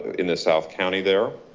in the south county there.